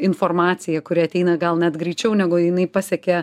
informacija kuri ateina gal net greičiau negu jinai pasiekia